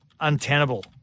untenable